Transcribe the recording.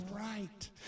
right